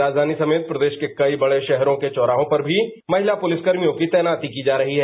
राजधानी समेत प्रदेश के कई बड़े शहरों के चौराहों पर भी महिला पुलिसकर्मियों की तैनाती की जा रही है